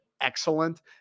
excellent